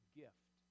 gift